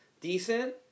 decent